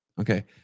Okay